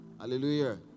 Hallelujah